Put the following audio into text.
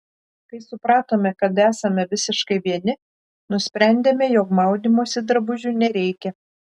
kai supratome kad esame visiškai vieni nusprendėme jog maudymosi drabužių nereikia